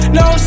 no